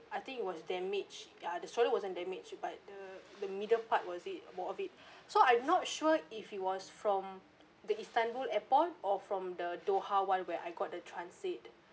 I think it was damaged ah the stroller wasn't damaged but the the middle part was it more of it so I'm not sure if it was from the istanbul airport or from the doha one where I got the transit